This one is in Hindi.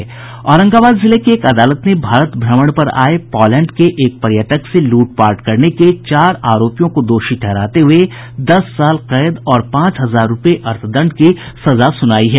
औरंगाबाद जिले की एक अदालत ने भारत भ्रमण पर आये पोलैंड के एक पर्यटक से लूटपाट करने के चार आरोपियों को दोषी ठहराते हुये दस साल कैद और पांच हजार रूपये अर्थदण्ड की सजा सुनाई है